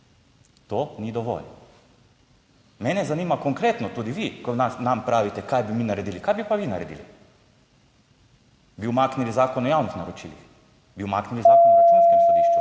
To ni dovolj. Mene zanima konkretno, tudi vi, ko nam pravite, kaj bi mi naredili, kaj bi pa vi naredili? Bi umaknili Zakon o javnih naročilih? Bi umaknili Zakon o Računskem sodišču?